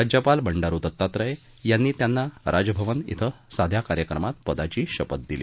राज्यपाल बंदारु दत्तात्रय यांनी त्यांना राजभवन धिं साध्या कार्यक्रमात पदाची शपथ दिली